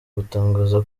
gutangaza